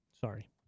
Sorry